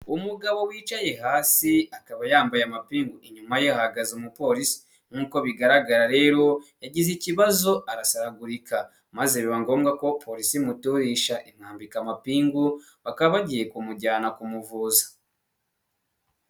Umugabo wicaye hasi akaba yambaye amapingu, inyuma ye ahagaze umupolisi. Nkuko bigaragara rero yagize ikibazo arasaragurika maze biba ngombwa ko polisi imuturisha imwambika amapingu, bakaba bagiye kumujyana kumuvuza.